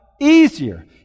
easier